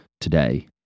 today